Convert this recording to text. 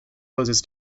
hoses